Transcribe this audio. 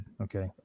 okay